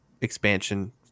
expansion